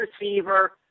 receiver